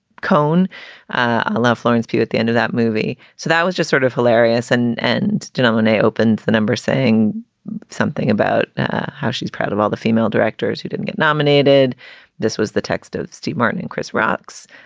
cohn ah left lawrence peu at the end of that movie. so that was just sort of hilarious. and and denominate opens the number, saying something about how she's proud of all the female directors who didn't get nominated this was the text of steve martin and chris rock's